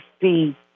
see